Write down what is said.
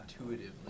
intuitively